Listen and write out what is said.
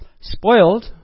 spoiled